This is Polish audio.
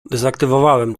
dezaktywowałem